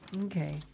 Okay